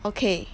okay